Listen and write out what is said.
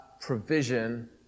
provision